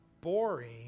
Boring